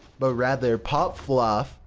but rather pop fluff.